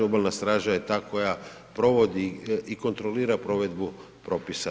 Obalna straža je ta koja provodi i kontrolira provedbu propisa.